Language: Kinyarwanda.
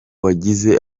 wagize